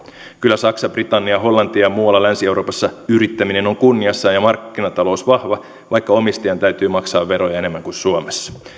kyllä saksassa britanniassa hollannissa ja muualla länsi euroopassa yrittäminen on kunniassaan ja markkinatalous vahva vaikka omistajan täytyy maksaa veroja enemmän kuin suomessa